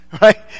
right